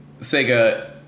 Sega